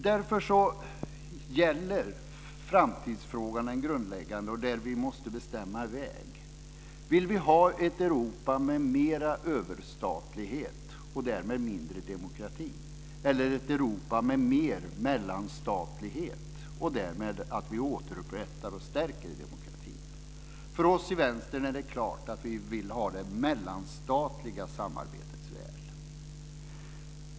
Därför gäller den grundläggande framtidsfrågan, där vi måste bestämma väg, om vi vill ha ett Europa med mera överstatlighet och därmed mindre demokrati eller ett Europa med mer mellanstatlighet och därmed ett återupprättande och förstärkande av demokratin. För oss i Vänstern är det klart att vi vill ha det mellanstatliga samarbetets väg.